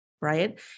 right